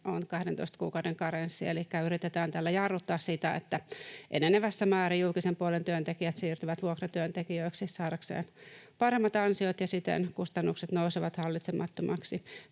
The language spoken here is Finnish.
on 12 kuukauden karenssi, elikkä yritetään tällä jarruttaa sitä, että enenevässä määrin julkisen puolen työntekijät siirtyvät vuokratyöntekijöiksi saadakseen paremmat ansiot ja siten kustannukset nousevat hallitsemattomiksi.